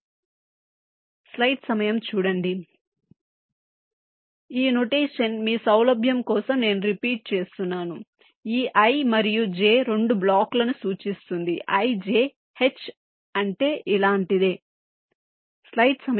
కాబట్టి ఈ నొటేషన్ మీ సౌలభ్యం కోసం నేను రిపీట్ చేస్తున్నాను ఈ i మరియు j రెండు బ్లాకులను సూచిస్తుంది ijH అంటే ఇలాంటిదే